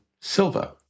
silver